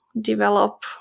develop